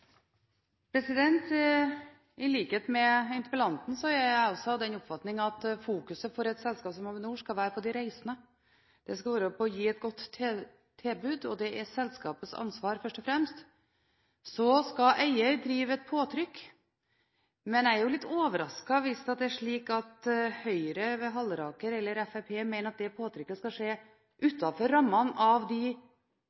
jeg også av den oppfatning at fokuset for et selskap som Avinor skal være på de reisende. Det skal være på å gi et godt tilbud, og det er selskapets ansvar først og fremst. Så skal eier drive et påtrykk, men jeg er jo litt overrasket hvis det er slik at Høyre, ved Halleraker, eller Fremskrittspartiet mener at det påtrykket skal skje